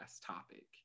topic